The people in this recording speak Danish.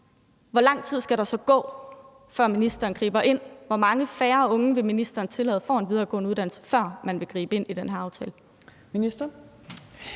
hvor lang tid skal der så gå, før ministeren griber ind? Hvor mange færre unge vil ministeren tillade får en videregående uddannelse, før man vil gribe ind i den her aftale? Kl.